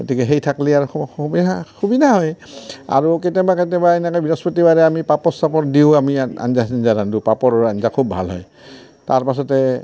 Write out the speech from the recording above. গতিকে সেইথাকলে আৰ সুবি সুবিধা হয় আৰু কেতিয়াবা কেতিয়াবা এনেকৈ বৃহস্পাপতিবাৰে আমি পাপৰ চাপৰ দিওঁ আমি আঞ্জা চাঞ্জা ৰান্ধোঁ পাপৰৰ আঞ্জা খুব ভাল হয় তাৰপাছতে